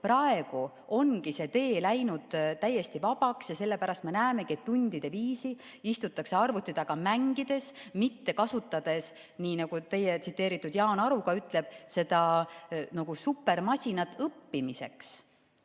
Praegu ongi see tee läinud täiesti vabaks ja sellepärast me näemegi, et tundide viisi istutakse arvuti taga mängides, mitte kasutades, nii nagu teie tsiteeritud Jaan Aru ütleb, seda supermasinat õppimiseks.